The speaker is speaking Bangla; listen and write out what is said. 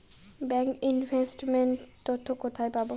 ব্যাংক ইনভেস্ট মেন্ট তথ্য কোথায় পাব?